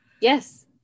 Yes